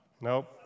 Nope